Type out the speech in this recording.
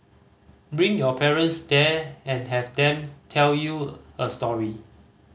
bring your parents there and have them tell you a story